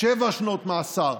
שבע שנות מאסר.